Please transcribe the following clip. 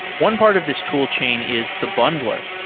one part of this tool chain is the bundler,